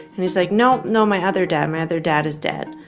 and he's like, no, no, my other dad. my other dad is dead.